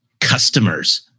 customers